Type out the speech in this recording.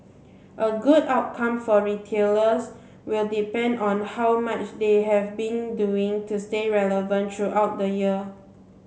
a good outcome for retailers will depend on how much they have been doing to stay relevant the year